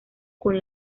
con